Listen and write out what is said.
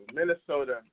Minnesota